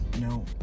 No